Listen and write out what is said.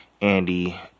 Andy